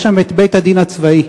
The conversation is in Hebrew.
יש שם בית-הדין הצבאי.